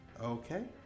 Okay